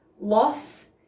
loss